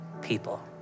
people